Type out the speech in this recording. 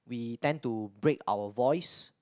we tend to break our voice